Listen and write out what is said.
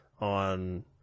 on